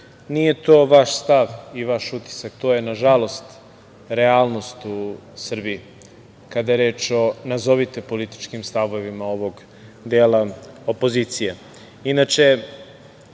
nije to vaš stav i vaš utisak, to je na žalost realnost u Srbiji kada je reč o nazovite političkim stavovima ovog dela opozicije. Inače,